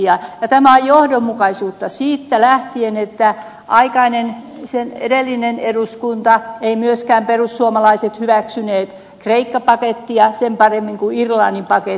ja tämä on johdonmukaisuutta lähtien siitä etteivät myöskään edellisessä eduskunnassa perussuomalaiset hyväksyneet kreikka pakettia sen paremmin kuin irlannin pakettia